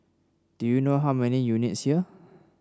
do you know how many units here